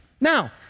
Now